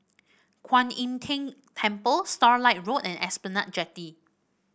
Kwan Im Tng Temple Starlight Road and Esplanade Jetty